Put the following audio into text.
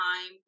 time